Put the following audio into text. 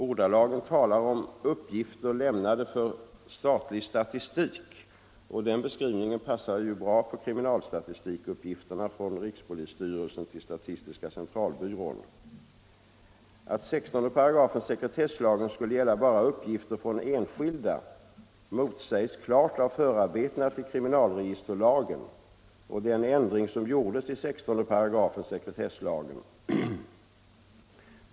Ordalagen talar om uppgifter lämnade för statlig statistik, och den beskrivningen passar ju bra på kriminalstatistikuppgifterna från rikspolisstyrelsen till statistiska centralbyrån. Att 16 § sekretesslagen skulle gälla bara uppgifter från enskilda motsägs klart av förarbetena till kriminalregisterlagen och den ändring som gjordes i 16 § sekretesslagen.